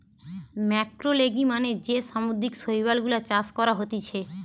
ম্যাক্রোলেগি মানে যে সামুদ্রিক শৈবাল গুলা চাষ করা হতিছে